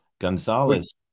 Gonzalez